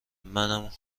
منم